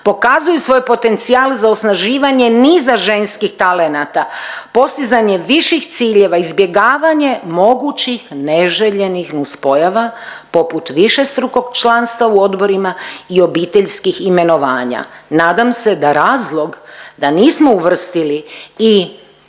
pokazuju svoj potencijal za osnaživanje niza ženskih talenata postizanjem viših ciljeva, izbjegavanje mogućih neželjenih nuspojava poput višestrukog članstva u odborima i obiteljskih imenovanja. Nadam se da razlog da nismo uvrstili i